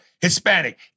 Hispanic